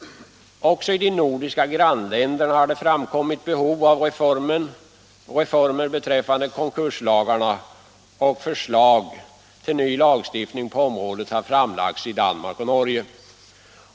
Också i de nordiska grannländerna har det framkommit behov av reformer beträffande konkurslagarna och förslag till ny lagstiftning på området har framlagts i Danmark och Norge.